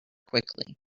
quickly